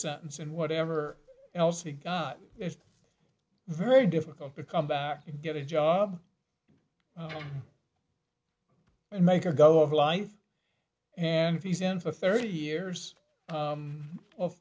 sentence and whatever else he got it's very difficult to come back and get a job and make a go of life and if he's in for thirty years of or